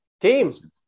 Teams